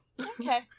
Okay